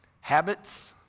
Habits